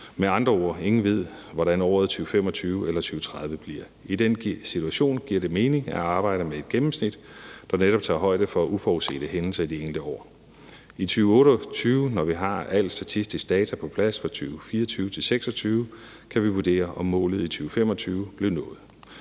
Med andre ord ved ingen, hvordan året 2025 eller 2030 bliver. I den situation giver det mening at arbejde med et gennemsnit, der netop tager højde for uforudsete hændelser i det enkelte år. I 2028, når vi har alt statistisk data på plads fra 2024-26, kan vi vurdere, om målet i 2025 blev nået.